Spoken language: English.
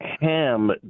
ham